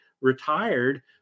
retired